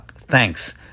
thanks